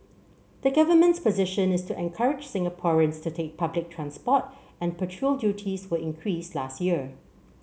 the government's position is to encourage Singaporeans to take public transport and petrol duties were increased last year